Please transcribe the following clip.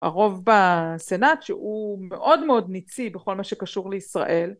הרוב בסנאט שהוא מאוד מאוד ניצי בכל מה שקשור לישראל